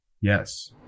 Yes